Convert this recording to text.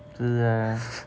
是 ah